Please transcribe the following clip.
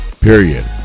period